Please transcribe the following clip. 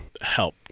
help